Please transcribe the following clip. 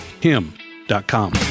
him.com